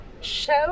show